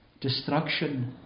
destruction